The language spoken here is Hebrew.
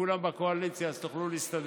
כולם בקואליציה אז יוכלו להסתדר.